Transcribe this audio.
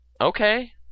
Okay